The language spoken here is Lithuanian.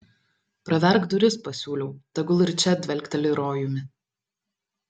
praverk duris pasiūliau tegul ir čia dvelkteli rojumi